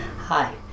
Hi